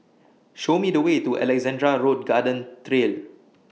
Show Me The Way to Alexandra Road Garden Trail